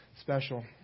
special